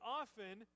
often